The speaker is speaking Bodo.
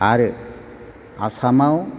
आरो आसामाव